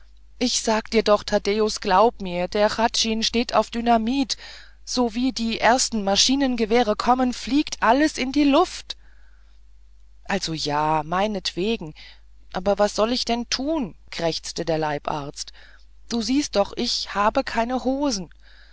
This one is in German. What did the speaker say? ich sag dir doch taddäus glaub mir der hradschin steht auf dynamit sowie die ersten maschinengewehre kommen fliegt alles in die luft also ja meinetwegen aber was soll ich denn tun krächzte der leibarzt du siehst doch ich hab keine hosen